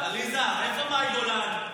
עליזה, איפה מאי גולן?